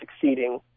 succeeding